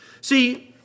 See